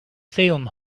salem